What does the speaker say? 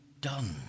done